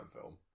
film